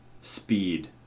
Speed